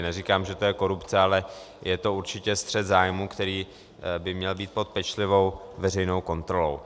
Neříkám, že to je korupce, ale je to určitě střet zájmů, který by měl být pod pečlivou veřejnou kontrolou.